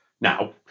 Now